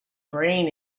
brain